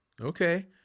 Okay